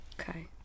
Okay